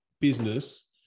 business